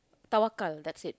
tawakal that's it